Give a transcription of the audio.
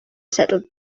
settled